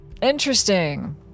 Interesting